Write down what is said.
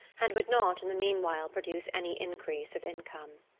and would not in the meanwhile produce any increase of income.